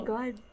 God